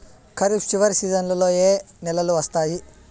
ఖరీఫ్ చివరి సీజన్లలో ఏ నెలలు వస్తాయి?